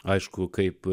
aišku kaip